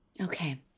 okay